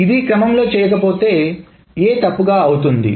ఇది క్రమంలో చేయకపోతే A తప్పు గా అవుతుంది